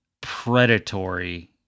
predatory